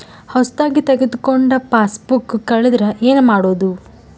ಹೊಸದಾಗಿ ತೆಗೆದುಕೊಂಡ ಪಾಸ್ಬುಕ್ ಕಳೆದರೆ ಏನು ಮಾಡೋದು?